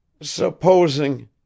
Supposing